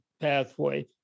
pathway